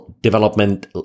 development